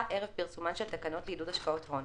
ערב פרסומן של תקנות לעידוד השקעות הון